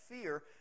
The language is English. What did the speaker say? fear